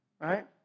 right